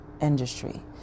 industry